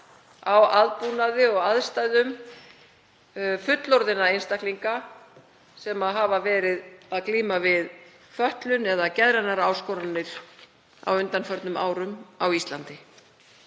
á aðbúnaði og aðstæðum fullorðinna einstaklinga sem hafa verið að glíma við fötlun eða geðrænar áskoranir á undanförnum árum á Íslandi.